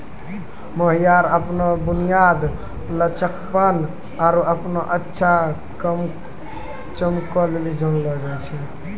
mohair अपनो बुनियाद, लचकपन आरु अपनो अच्छा चमको लेली जानलो जाय छै